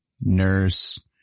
nurse